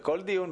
בכל דיון,